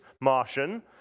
Martian